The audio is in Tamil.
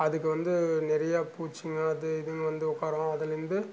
அதுக்கு வந்து நிறையா பூச்சிங்க அது இதுன் வந்து உட்காரும் அதுலேருந்து